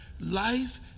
life